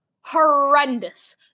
horrendous